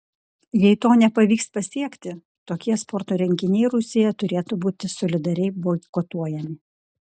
jei to nepavyks pasiekti tokie sporto renginiai rusijoje turėtų būti solidariai boikotuojami